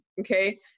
okay